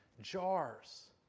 jars